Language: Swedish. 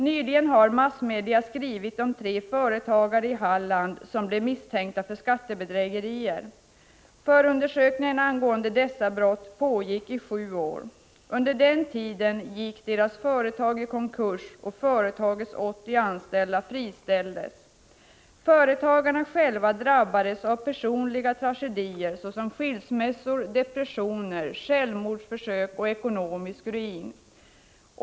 Nyligen har massmedia skrivit om tre företagare i Halland som blev misstänkta för skattebedrägerier. Förundersökningen angående dessa brott pågick i sju år. Under den tiden gick deras företag i konkurs och företagets 80 anställda friställdes. Företagarna själva drabbades av personliga tragedier såsom skilsmässor, depressioner, självmordsförsök och ekonomisk ruin.